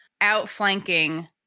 outflanking